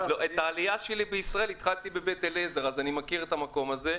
את העלייה שלי בישראל התחלתי בבית אליעזר ואני מכיר את המקום הזה.